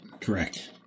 Correct